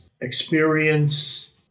experience